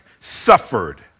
suffered